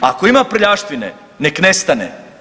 Ako ima prljavštine nek nestane.